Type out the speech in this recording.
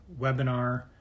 webinar